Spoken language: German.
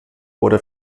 oder